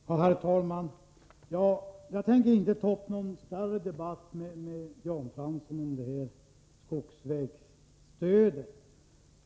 Herr talman! Jag tänker inte ta upp någon större debatt med Jan Fransson om skogsvägsstödet.